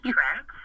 Trent